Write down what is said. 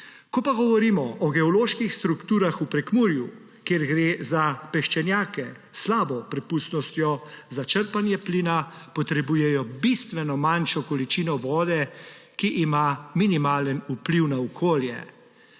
Ko pa govorimo o geoloških strukturah v Prekmurju, kjer gre za peščenjake s slabo prepustnostjo, za črpanje plina potrebujejo bistveno manjšo količino vode, ki ima minimalen vpliv na okolje.